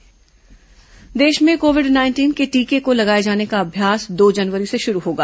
Covid टीका अभ्यास देश में कोविड नाइंटीन के टीके को लगाए जाने का अभ्यास दो जनवरी से शुरू होगा